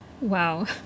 Wow